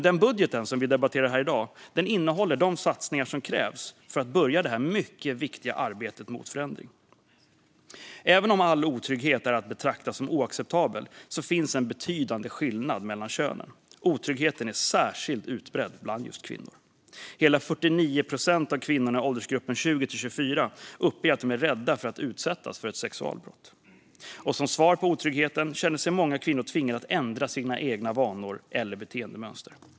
Den budget som vi debatterar här i dag innehåller de satsningar som krävs för att påbörja det mycket viktiga arbetet mot förändring. Även om all otrygghet är att betrakta som oacceptabel finns en betydande skillnad mellan könen. Otryggheten är särskilt utbredd bland kvinnor. Hela 49 procent av kvinnorna i åldersgruppen 20-24 uppger att de är rädda för att utsättas för ett sexualbrott. Som svar på otryggheten känner sig många kvinnor tvingade att ändra sina egna vanor eller beteendemönster.